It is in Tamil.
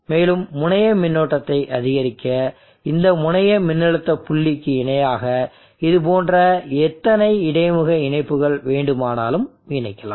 மேலும் முனைய மின்னோட்டத்தை அதிகரிக்க இந்த முனைய மின்னழுத்த புள்ளிக்கு இணையாக இதுபோன்ற எத்தனை இடைமுக இணைப்புகள் வேண்டுமானாலும் இணைக்கலாம்